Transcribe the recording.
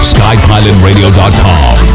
SkyPilotRadio.com